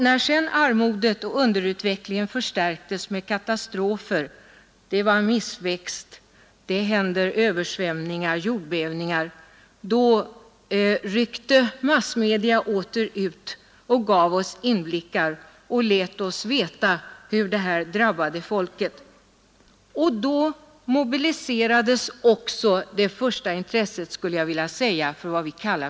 När sedan armodet och underutvecklingen förstärktes med katastrofer — missväxt, översvämningar och jordbävningar — då ryckte massmedia åter ut och gav oss inblickar samt lät oss veta hur katastroferna drabbade människorna. Då mobiliserades också det första svenska intresset för u-hjälp.